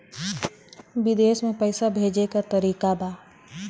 विदेश में पैसा भेजे के तरीका का बा?